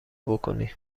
بکنی